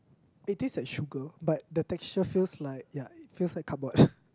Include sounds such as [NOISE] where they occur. it taste like sugar but the texture feels like ya it feels like cardboard [BREATH]